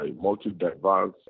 multi-diverse